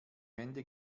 hände